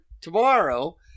tomorrow